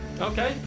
Okay